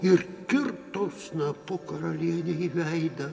ir kirto snapu karalienei į veidą